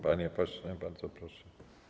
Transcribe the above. Panie pośle, bardzo proszę.